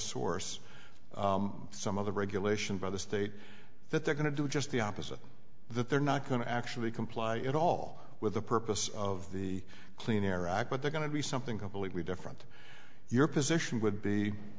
source some other regulation by the state that they're going to do just the opposite that they're not going to actually comply at all with the purpose of the clean air act but they're going to be something completely different your position would be